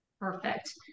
Perfect